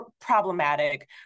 problematic